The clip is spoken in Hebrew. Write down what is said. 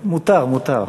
מותר, מותר.